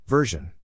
Version